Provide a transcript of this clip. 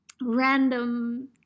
random